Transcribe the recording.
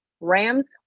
Rams